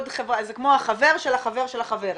זה כמו החבר של החבר של החבר,